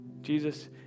Jesus